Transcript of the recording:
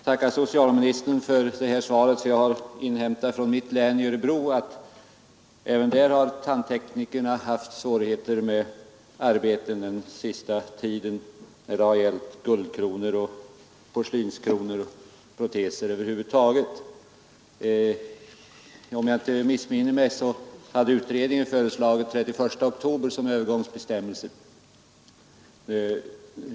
Fru talman! Även jag vill tacka socialministern för svaret. Jag har inhämtat från mitt län, Örebro län, att också där har tandteknikerna under den senaste tiden haft svårigheter att få tillräckligt med arbete när det gäller guldkronor, porslinskronor och proteser över huvud taget. Om jag inte missminner mig hade utredningen föreslagit den 31 oktober som tidpunkt för övergångsbestämmelsernas ikraftträdande.